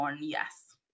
yes